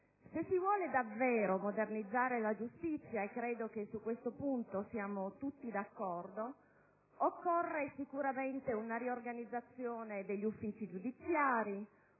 Se si vuole davvero modernizzare la giustizia - e credo che su questo punto siamo tutti d'accordo - occorrono sicuramente una riorganizzazione degli uffici giudiziari,